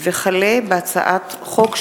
החל בהצעת חוק